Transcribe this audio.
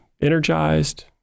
energized